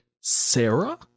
Sarah